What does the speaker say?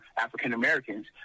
African-Americans